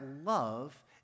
love